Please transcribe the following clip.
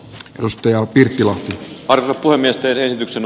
lusto ja yhtyvät arvot puhemies tervehdyksen